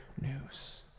news